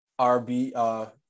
RB